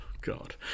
God